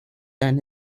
than